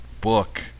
book